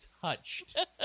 touched